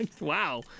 wow